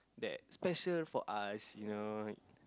that special for us you know